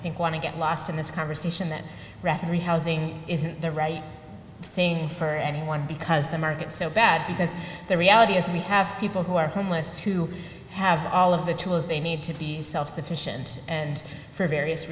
think want to get lost in this conversation that referee housing isn't the right thing for anyone because the market so bad because the reality is we have people who are homeless who have all of the tools they need to be self sufficient and for various